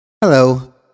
Hello